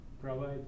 provide